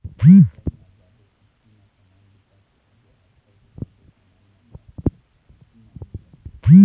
चल न जाबो किस्ती म समान बिसा के आबो आजकल तो सबे समान मन ह किस्ती म मिल जाथे